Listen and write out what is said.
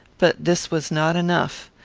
but this was not enough.